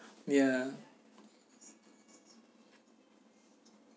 ya